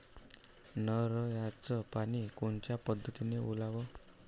नयराचं पानी कोनच्या पद्धतीनं ओलाव?